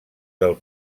del